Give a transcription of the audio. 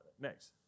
Next